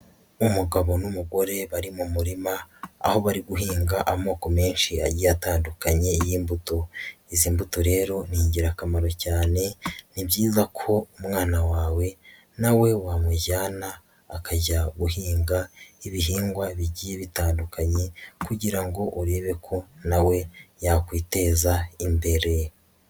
Umugabo n'umugore bari mu murima aho bari guhinga amoko menshi a giye atandukanye y'imbuto, izi mbuto rero ni ingirakamaro cyane ni byiza ko umwana wawe na we wamujyana akajya guhinga ibihingwa bigiye bitandukanye kugira ngo urebe ko na we yakwiteza imbere.